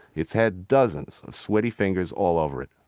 it's had dozens of sweaty fingers all over it.